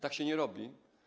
Tak się nie robi.